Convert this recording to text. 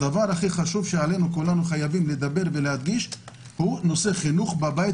הדבר הכי חשוב שעלינו כולנו לדבר ולהדגיש הוא נושא חינוך בבית,